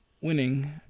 winning